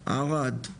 ערד,